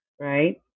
right